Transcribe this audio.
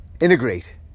integrate